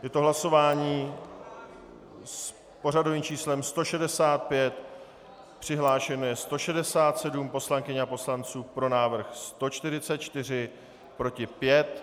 Je to hlasování s pořadovým číslem 165, přihlášeno je 167 poslankyň a poslanců, pro návrh 144, proti 5.